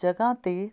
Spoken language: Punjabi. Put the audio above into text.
ਜਗ੍ਹਾ 'ਤੇ